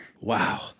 Wow